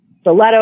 stiletto